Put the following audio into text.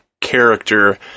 character